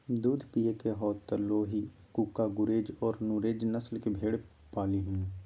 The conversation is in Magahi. दूध पिये के हाउ त लोही, कूका, गुरेज औरो नुरेज नस्ल के भेड़ पालीहीं